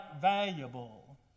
valuable